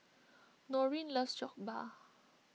Norene loves Jokbal